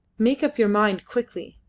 make up your mind quickly.